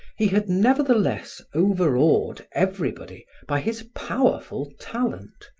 he had nevertheless overawed everybody by his powerful talent,